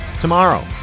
Tomorrow